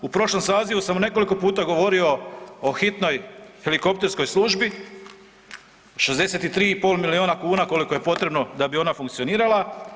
U prošlom sazivu sam nekoliko puta govorio o hitnoj helikopterskoj službi, 63 i pol milijuna kuna koliko je potrebno da bi ona funkcionirala.